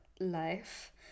life